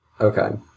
Okay